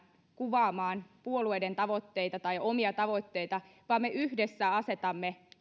kuvaamaan puolueiden tavoitteita tai omia tavoitteita vaan me yhdessä asetamme